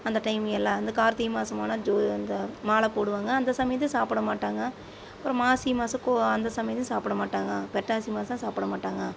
அந்த டைம் எல்லாம் அந்த கார்த்திகை மாதம் போனால் இந்த மாலை போடுவாங்க அந்த சமயத்தில் சாப்பிட மாட்டாங்க அப்புறம் மாசி மாதம் அந்த சமயத்தில் சாப்பிட மாட்டாங்க புரட்டாசி மாதம் சாப்பிட மாட்டாங்க